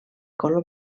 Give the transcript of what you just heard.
color